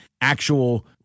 actual